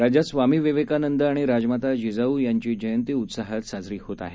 राज्यात स्वामी विवेकानंद आणि राजमाता जिजाऊ यांची जयंती उत्साहात साजरी होत आहे